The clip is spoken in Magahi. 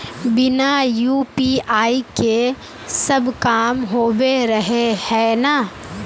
बिना यु.पी.आई के सब काम होबे रहे है ना?